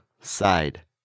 side